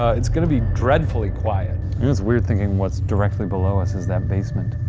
ah it's gonna be dreadfully quiet. it is weird thinking what's directly below us is that basement.